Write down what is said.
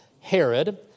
Herod